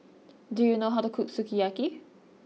do you know how to cook sukiyaki